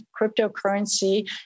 cryptocurrency